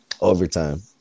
overtime